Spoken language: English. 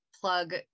plug